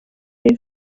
ari